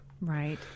Right